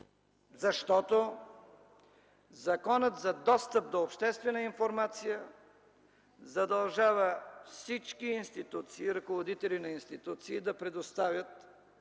защото Законът за достъп до обществена информация задължава всички ръководители на институции да предоставят